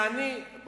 אין חוק מופז.